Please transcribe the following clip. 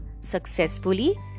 successfully